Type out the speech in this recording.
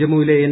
ജമ്മുവിലെ എൻ